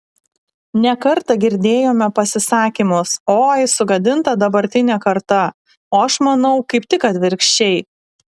ne kartą girdėjome pasisakymus oi sugadinta dabartinė karta o aš manau kaip tik atvirkščiai